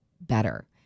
better